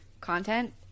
content